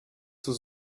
zur